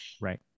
Right